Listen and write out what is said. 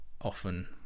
often